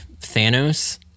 Thanos